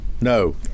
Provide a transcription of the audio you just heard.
no